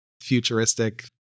futuristic